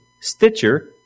Stitcher